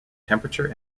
temperature